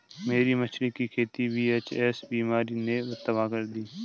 मेरी मछली की खेती वी.एच.एस बीमारी ने तबाह कर दी